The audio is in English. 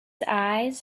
eyes